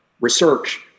research